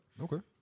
Okay